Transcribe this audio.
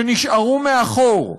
שנשארו מאחור,